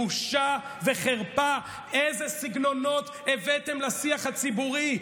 בושה וחרפה, איזה סגנונות הבאתם לשיח הציבורי.